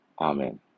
Amen